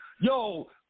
yo